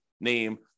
name